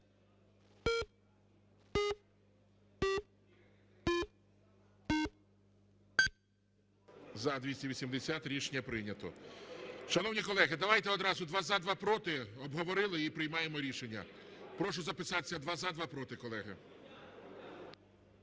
За-280 Рішення прийнято. Шановні колеги, давайте одразу: два – за, два – проти. Обговорили і приймаємо рішення. Прошу записатися: два – за, два – проти, колеги.